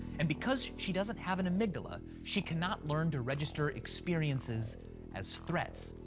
and because she doesn't have an amygdala, she cannot learn to register experiences as threats,